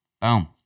Boom